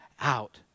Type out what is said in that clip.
out